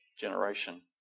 generation